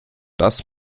das